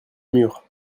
murs